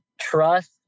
trust